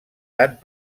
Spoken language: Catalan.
tant